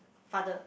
father